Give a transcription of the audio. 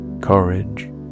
courage